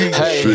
hey